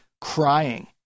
crying